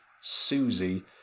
Susie